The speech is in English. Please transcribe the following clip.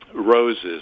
Roses